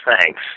thanks